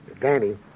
Danny